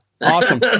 Awesome